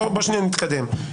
בואו שנייה נתקדם.